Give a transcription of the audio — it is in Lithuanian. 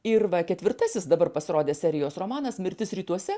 ir ketvirtasis dabar pasirodė serijos romanas mirtis rytuose